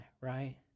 right